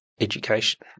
education